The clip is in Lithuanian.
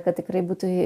kad tikrai būtų